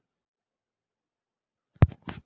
दाम बढ़े या दाम घटे ए जानकारी कैसे ले?